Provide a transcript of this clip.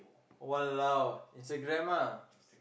!walao! Instagram ah